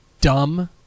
dumb